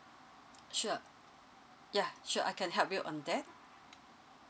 sure ya sure I can help you on that